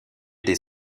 des